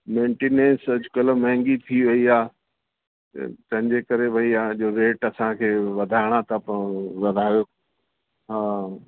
maintenance अॼुकल्ह महांगी थी वेई आहे तंहिंजे करे भई आहे जो रेट असांखे वधाइणा था पवनि वधारे हा